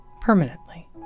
permanently